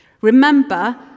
Remember